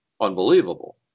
unbelievable